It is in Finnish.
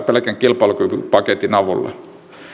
pelkän kilpailukykypaketin avulla